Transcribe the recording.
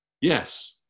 yes